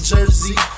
Jersey